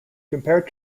compared